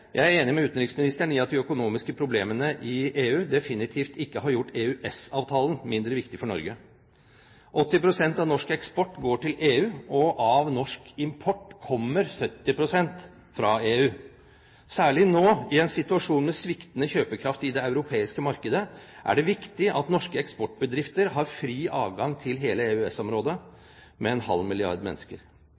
Jeg er enig med utenriksministeren i at de økonomiske problemene i EU definitivt ikke har gjort EØS-avtalen mindre viktig for Norge. 80 pst. av norsk eksport går til EU, og av norsk import kommer 70 pst. fra EU. Særlig nå, i en situasjon med sviktende kjøpekraft i det europeiske markedet, er det viktig at norske eksportbedrifter har fri adgang til hele EØS-området med en halv milliard mennesker.